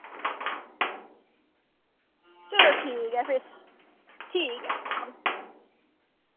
चलो ठीक ऐ फिर ठीक ऐ